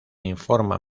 informa